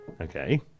Okay